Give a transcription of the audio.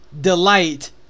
delight